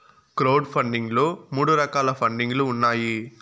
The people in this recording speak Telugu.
క్రౌడ్ ఫండింగ్ లో మూడు రకాల పండింగ్ లు ఉన్నాయి